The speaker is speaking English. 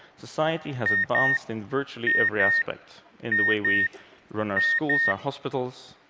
society has advanced in virtually every aspect, in the way we run our schools, our hospitals.